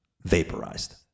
vaporized